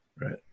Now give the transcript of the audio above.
right